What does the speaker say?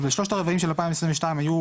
ובשלושת הרבעים של 2022 היו